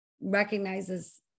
recognizes